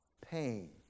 pain